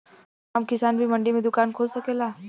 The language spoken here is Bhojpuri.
का आम किसान भी मंडी में दुकान खोल सकेला?